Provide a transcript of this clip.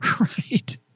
Right